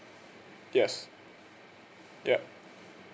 yes yup